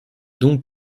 donc